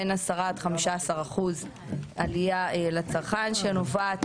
בין 10 עד 15 אחוז עלייה לצרכן שנובעת